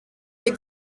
les